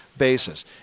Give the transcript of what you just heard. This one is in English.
basis